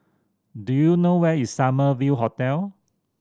do you know where is Summer View Hotel